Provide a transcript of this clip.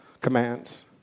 commands